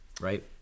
Right